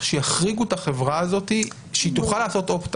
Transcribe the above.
שיחריגו את החברה הזאת שהיא תוכל לעשות opt out.